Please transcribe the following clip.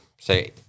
say